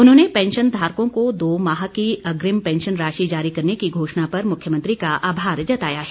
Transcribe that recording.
उन्होंने पैंशन धारकों को दो माह की अग्रिम पैंशन राशि जारी करने की घोषणा पर मुख्यमंत्री का आभार जताया है